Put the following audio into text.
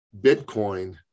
Bitcoin